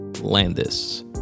Landis